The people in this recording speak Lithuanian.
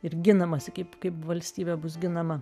ir ginamasi kaip kaip valstybę bus ginama